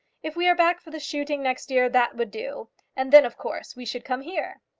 if we are back for the shooting next year that would do and then of course we should come here.